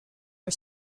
for